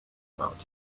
about